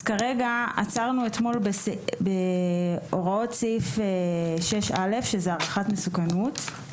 עצרנו אתמול בהוראות סעיף 6א שזה הערכת מסוכנות.